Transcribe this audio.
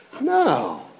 No